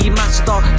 master